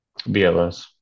BLS